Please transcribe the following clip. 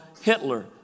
Hitler